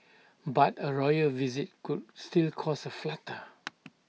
but A royal visit could still cause A flutter